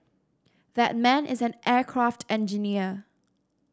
that man is an aircraft engineer